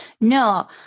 No